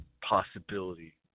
possibility